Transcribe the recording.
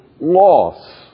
loss